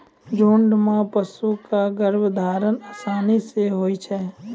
झुंड म पशु क गर्भाधान आसानी सें होय छै